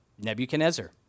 Nebuchadnezzar